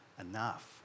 enough